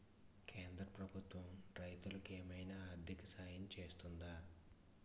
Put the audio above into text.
కేంద్ర ప్రభుత్వం రైతులకు ఏమైనా ఆర్థిక సాయం చేస్తుందా?